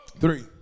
three